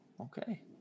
okay